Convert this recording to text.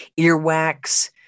earwax